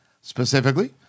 Specifically